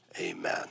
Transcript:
Amen